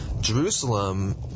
Jerusalem